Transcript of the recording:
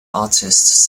artists